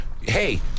Hey